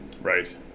Right